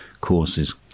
courses